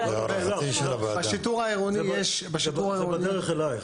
זה בדרך אלייך.